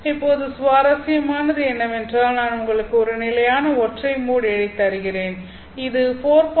இப்போது சுவாரஸ்யமானது என்னவென்றால் நான் உங்களுக்கு ஒரு நிலையான ஒற்றை மோட் இழை தருகிறேன் இது 4